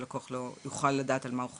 שהלקוח יוכל לדעת על מה הוא חותם.